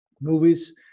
movies